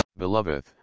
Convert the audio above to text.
Beloved